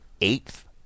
eighth